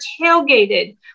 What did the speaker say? tailgated